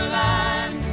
land